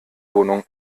wohnung